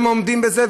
והם עומדים בזה,